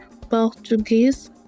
Portuguese